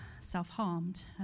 self-harmed